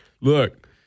look